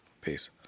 Peace